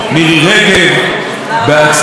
בהצלחה עם החוק החדש.